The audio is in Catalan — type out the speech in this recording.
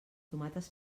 tomates